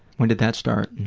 when did that start?